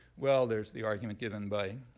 well, there's the argument given by